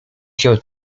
się